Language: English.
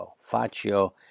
faccio